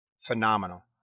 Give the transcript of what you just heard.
Phenomenal